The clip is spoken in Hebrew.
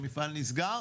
המפעל נסגר,